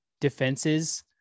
defenses